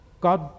God